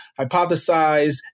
hypothesize